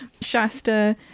Shasta